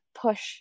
push